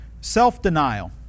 Self-denial